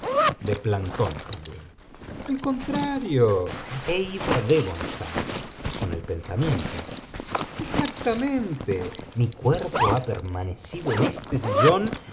de plantón también al contrario he ido á devonshire pon el pensamiento exactamente mi cuerpo ha permanecida en este sillón